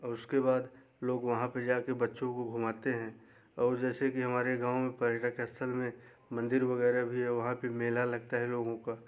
और उसके बाद लोग वहाँ पे जाके बच्चों को घुमाते हैं और जैसे कि हमारे गाँव में पर्यटक स्थल में मंदिर वगैरह भी है वहाँ पे मेला लगता है लोगों का